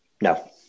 No